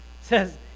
says